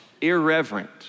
irreverent